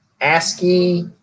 ASCII